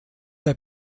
der